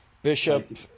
Bishop